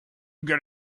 get